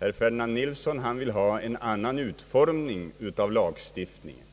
Herr Ferdinand Nilsson vill ha en annan utformning av lagstiftningen,